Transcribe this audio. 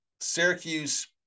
Syracuse